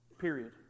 Period